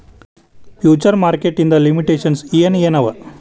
Future market ಇಂದ್ limitations ಏನ್ ಏನವ?